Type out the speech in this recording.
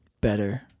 Better